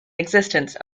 existence